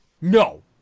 No